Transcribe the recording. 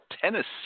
Tennessee